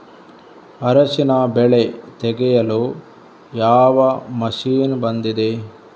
ಅರಿಶಿನ ಬೆಳೆ ತೆಗೆಯಲು ಯಾವ ಮಷೀನ್ ಬಂದಿದೆ?